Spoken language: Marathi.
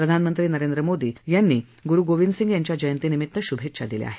प्रधानमंत्री नरेंद्र मोदी यांनी ग्रु गोविंद सिंग यांच्या जयंतीनिमित श्भेच्छा दिल्या आहेत